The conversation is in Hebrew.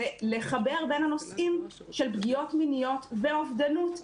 זה לחבר בין הנושאים של פגיעות מיניות ואובדנות,